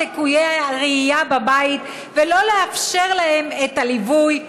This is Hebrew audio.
לקויי הראייה בבית ולא לאפשר להם את הליווי?